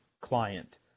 client